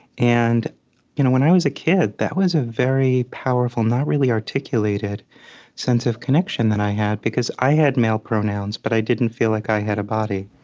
and you know when i was a kid, that was a very powerful, not really articulated sense of connection that i had because i had male pronouns, but i didn't feel like i had a body